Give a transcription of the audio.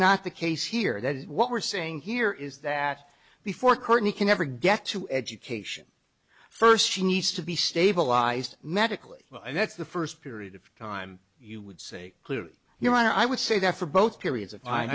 not the case here that what we're seeing here is that before courtney can ever get to education first she needs to be stabilized medically and that's the first period of time you would say clear your honor i would say that for both periods of